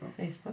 Facebook